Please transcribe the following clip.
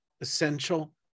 essential